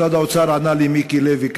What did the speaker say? ממשרד האוצר ענה לי מיקי לוי,